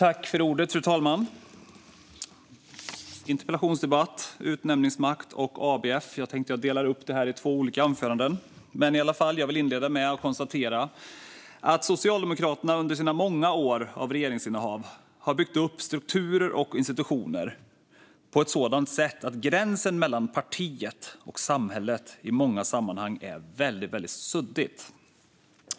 Fru talman! Det är interpellationsdebatt om utnämningsmakt och ABF. Jag tänker dela upp det i två olika anföranden. Jag inleder med att konstatera att Socialdemokraterna under sina många år av regeringsinnehav har byggt upp strukturer och institutioner på ett sådant sätt att gränsen mellan partiet och samhället i många sammanhang är väldigt suddig.